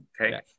Okay